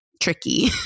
tricky